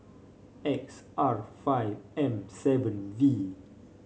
X R five M seven V